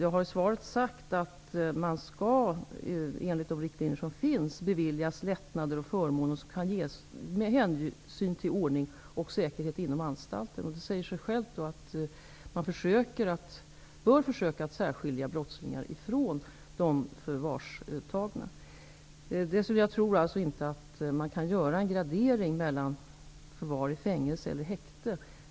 Av svaret framgår att personen skall, enligt de riktlinjer som finns, beviljas lättnader och förmåner med hänsyn till ordning och säkerhet inom anstalten. Det säger sig självt att man bör försöka särskilja brottslingar från de förvarstagna. Jag tror inte att det går att göra en gradering mellan förvar i fängelse eller i häkte.